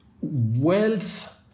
wealth